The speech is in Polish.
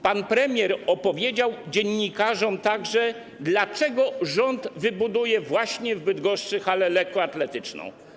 Pan premier opowiedział dziennikarzom także o tym, dlaczego rząd wybuduje właśnie w Bydgoszczy halę lekkoatletyczną.